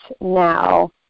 now